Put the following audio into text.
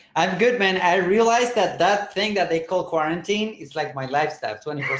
i'm good man. i realized that that thing that they call quarantine is like my lifestyle twenty